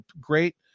great